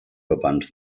verbannt